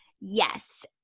Yes